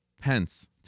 hence